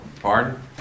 Pardon